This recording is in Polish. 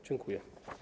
Dziękuję.